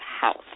house